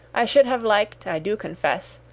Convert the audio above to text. i should have liked, i do confess,